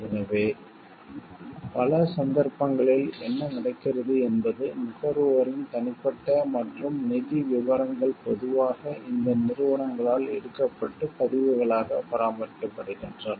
எனவே பல சந்தர்ப்பங்களில் என்ன நடக்கிறது என்பது நுகர்வோரின் தனிப்பட்ட மற்றும் நிதி விவரங்கள் பொதுவாக இந்த நிறுவனங்களால் எடுக்கப்பட்டு பதிவுகளாகப் பராமரிக்கப்படுகின்றன